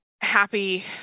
happy